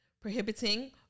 prohibiting